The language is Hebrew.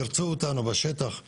תרצו אותנו בשטח לדיון,